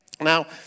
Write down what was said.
Now